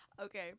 Okay